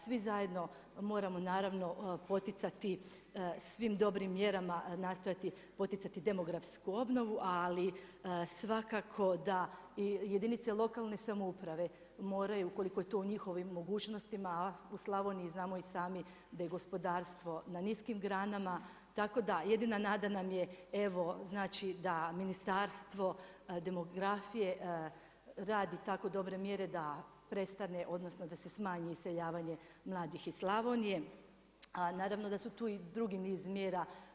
Svi zajedno, moramo, naravno poticati svim dobrim mjerama nastojati poticati demografsku obnovu, ali svakako da jedinice lokalne samouprave moraju ukoliko je to u njihovim mogućnostima, a u Slavoniji, znamo i sami da je gospodarstvo na niskim granama, tako da jedina nada nam je, evo da Ministarstvo demografije radi tako dobre mjere da prestane, odnosno da se smanji iseljavanje mladih iz Slavonije, a naravno da su tu i drugi niz mjera.